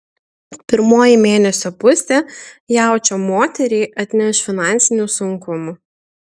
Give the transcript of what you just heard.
pirmoji mėnesio pusė jaučio moteriai atneš finansinių sunkumų